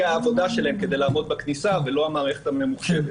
העבודה שלהם כדי לעמוד בכניסה ולא המערכת הממוחשבת.